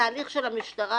התהליך של המשטרה